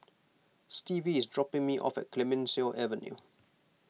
Stevie is dropping me off at Clemenceau Avenue